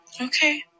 Okay